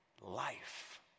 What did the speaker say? life